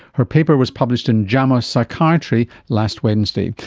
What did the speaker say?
her paper was published in jama psychiatry last wednesday.